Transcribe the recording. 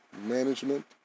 Management